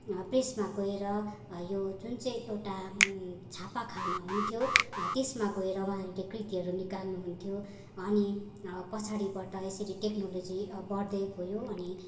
प्रेसमा गएर यो जुन चाहिँ एउटा छापाखाना हुन्थ्यो त्यसमा गएर उहाँहरूले कृतिहरू निकाल्नु हुन्थ्यो अनि पछाडिबाट यसरी टेक्नोलोजी बढ्दै गयो अनि